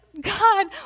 god